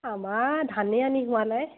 আমাৰ ধানেই আনি হোৱা নাই